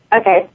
Okay